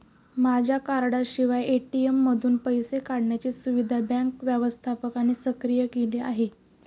माझ्या कार्डाशिवाय ए.टी.एम मधून पैसे काढण्याची सुविधा बँक व्यवस्थापकाने सक्रिय केली आहे